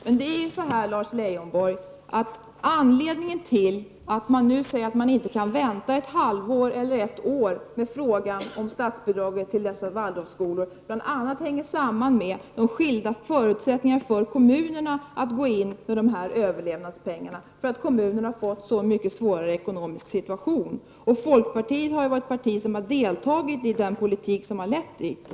Herr talman! Anledningen, Lars Leijonborg, till att man nu säger att man inte kan vänta ett halvår eller ett år med frågan om statsbidrag till dessa Waldorfskolor hänger bl.a. samman med de skilda förutsättningar som kommunerna nu har att gå in med överlevnadspengar. Kommunerna har fått en så mycket svårare ekonomisk situation. Folkpartiet har varit ett parti som har deltagit i den politik som har lett fram till detta.